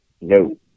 No